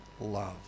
love